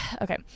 okay